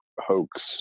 hoax